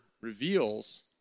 reveals